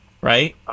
right